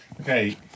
Okay